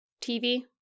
TV